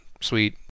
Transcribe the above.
sweet